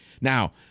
Now